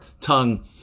tongue